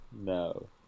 No